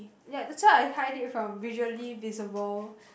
ya that's why I hide it from visually visible